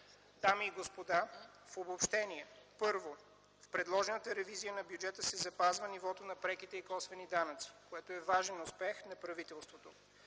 Дами и господа, в обобщение: 1. В предложената ревизия на бюджета се запазва нивото на преките и косвени данъци, което е важен успех на правителството.